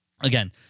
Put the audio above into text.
again